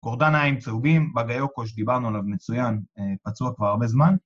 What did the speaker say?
קורדניים צהובים, בגאיוקו שדיברנו עליו מצוין, פצוע כבר הרבה זמן.